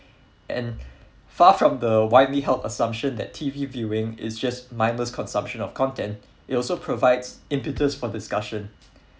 and far from the widely held assumption that T_V viewing is just mindless consumption of content it also provides impetus for discussion